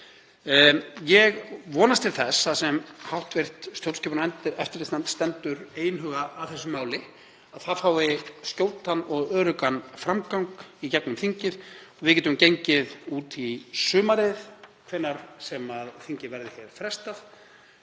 Ég vonast til þess, þar sem hv. stjórnskipunar- og eftirlitsnefnd stendur einhuga að þessu máli, að það fái skjótan og öruggan framgang í gegnum þingið og við getum gengið út í sumarið, hvenær sem þingi verður frestað,